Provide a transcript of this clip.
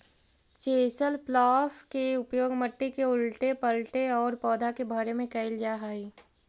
chisel plough के उपयोग मट्टी के उलऽटे पलऽटे औउर पौधा के भरे में कईल जा हई